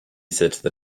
said